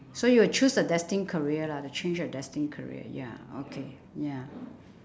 so you will choose a destined career lah to change your destined career ya okay ya